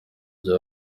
bya